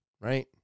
right